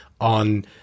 on